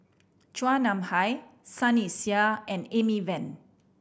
Chua Nam Hai Sunny Sia and Amy Van